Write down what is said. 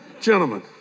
Gentlemen